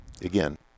again